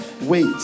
Wait